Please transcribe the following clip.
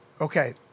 Okay